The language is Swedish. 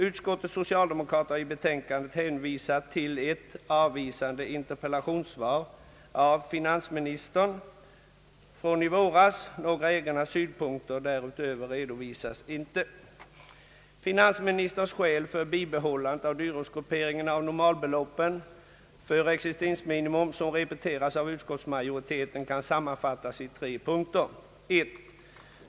Utskottets socialdemokrater har i betänkandet hänvisat till ett avvisande interpellationssvar av finansministern i våras. Några egna synpunkter därutöver redovisas inte. Finansministerns skäl för bibehållandet av dyrortsgrupperingen av normalbeloppen för existensminimum — som repeteras av utskottsmajoriteten — kan sammanfattas i tre punkter. 1.